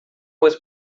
was